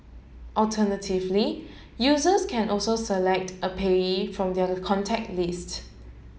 alternatively users can also select a payee from their contact list